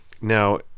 Now